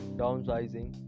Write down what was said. downsizing